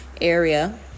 area